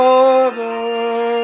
Father